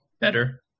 better